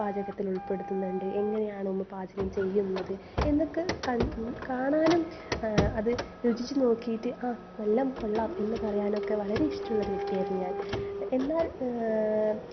പാചകത്തിൽ ഉൾപ്പെടുത്തുന്നുണ്ട് എങ്ങനെയാണ് ഉമ്മ പാചകം ചെയ്യുന്നത് എന്നൊക്കെ കണ് കാണാനും അത് രുചിച്ച് നോക്കിയിട്ട് ആ എല്ലാം കൊള്ളാം എന്ന് പറയാനുമൊക്കെ വളരെ ഇഷ്ടമുള്ളൊരു വ്യക്തിയായിരുന്നു ഞാൻ എന്നാൽ